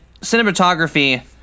cinematography